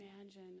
imagine